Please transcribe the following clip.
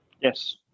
Yes